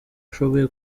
ashoboye